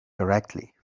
correctly